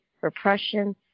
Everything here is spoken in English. repression